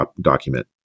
document